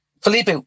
Felipe